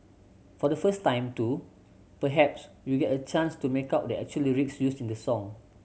for the first time too perhaps you'll get a chance to make out the actual lyrics used in the song